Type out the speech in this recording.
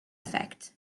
effect